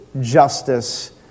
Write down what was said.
justice